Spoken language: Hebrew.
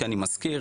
אני מזכיר,